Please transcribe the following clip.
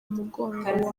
umugongo